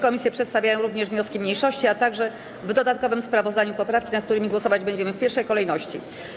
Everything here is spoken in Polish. Komisje przedstawiają również wnioski mniejszości, a także w dodatkowym sprawozdaniu poprawki, nad którymi głosować będziemy w pierwszej kolejności.